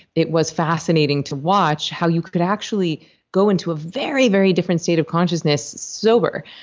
it was fascinating to watch how you could could actually go into a very, very different state of consciousness sober.